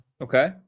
Okay